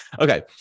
Okay